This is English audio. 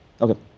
Okay